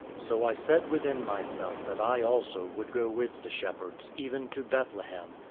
so i said within myself that i also would go with the shepherds, even to bethlehem.